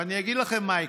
ואני אגיד לכם מה יקרה,